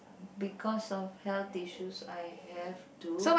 because of health issues I have to